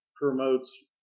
promotes